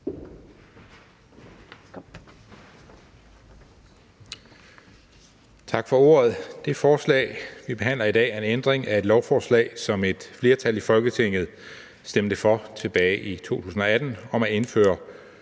Tak for ordet. Det forslag, vi behandler i dag, er en ændring af en lov, som et flertal i Folketinget stemte for tilbage i 2018, om at indføre